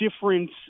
difference